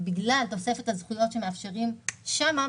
בגלל תוספת הזכויות שמאפשרים שם,